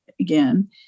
again